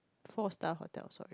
four star hotel sorry